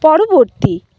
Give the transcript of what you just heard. পরবর্তী